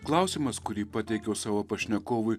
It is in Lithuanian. klausimas kurį pateikiau savo pašnekovui